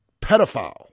pedophile